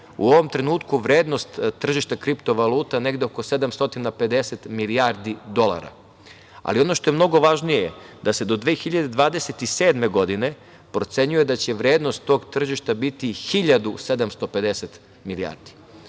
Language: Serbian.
u ovom trenutku vrednost tržišta kriptovaluta negde oko 750 milijardi dolara, ali ono što je mnogo važnije da se do 2027. godine, procenjuje da će vrednost tog tržišta biti 1.750 milijardi. Dakle,